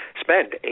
spend